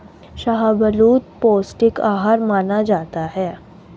शाहबलूत पौस्टिक आहार माना जाता है